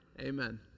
Amen